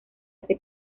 este